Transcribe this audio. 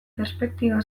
perspektiba